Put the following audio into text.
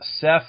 Seth